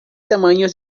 tamaños